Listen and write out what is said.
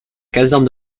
caserne